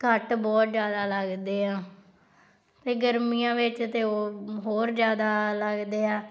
ਕੱਟ ਬਹੁਤ ਜ਼ਿਆਦਾ ਲੱਗਦੇ ਆ ਅਤੇ ਗਰਮੀਆਂ ਵਿੱਚ ਤਾਂ ਉਹ ਹੋਰ ਜ਼ਿਆਦਾ ਲੱਗਦੇ ਆ